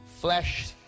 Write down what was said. flesh